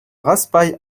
raspail